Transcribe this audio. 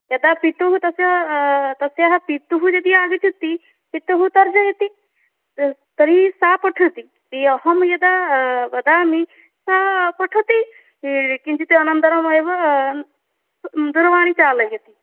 यदा पिता तस्यः तस्याः पिता यदि आगच्छति पिता तर्जयति त् तर्हि सा पठति अहं यदा वदामि सा पठति किञ्चित् अनन्तरमेव दूरवाणीं चालयति